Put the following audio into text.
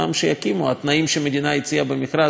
התנאים שהמדינה הציעה במכרז עדיין תקפים.